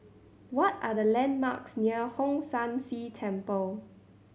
what are the landmarks near Hong San See Temple